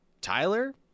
Tyler